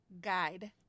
Guide